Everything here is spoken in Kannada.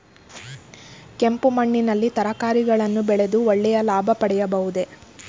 ಕೆಂಪು ಮಣ್ಣಿನಲ್ಲಿ ತರಕಾರಿಗಳನ್ನು ಬೆಳೆದು ಒಳ್ಳೆಯ ಲಾಭ ಪಡೆಯಬಹುದೇ?